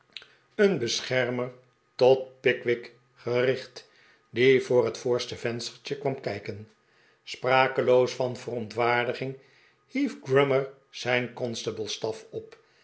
een beschermer tot pickwick gericht die voor het voorste vehstertje kwam kijken sprakeloos van verontwaardiging hief grummer zijn const able staf op